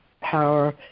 power